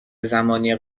زمانی